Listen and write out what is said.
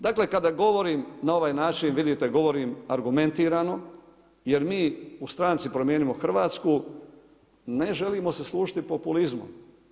Dakle kada govorim na ovaj način, vidite govorim argumentirano jer mi u stranci Promijenimo Hrvatsku ne želimo se služiti populizmom.